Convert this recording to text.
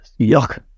yuck